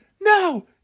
No